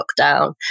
lockdown